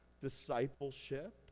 discipleship